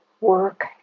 work